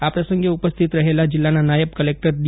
આ પ્રસંગે ઉપસ્થિત રહેલા જીલ્લાના નાયબ કલેકટર ડી